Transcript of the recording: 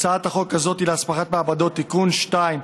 הצעת החוק הזאת להסמכת מעבדות (תיקון מס' 2),